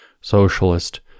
socialist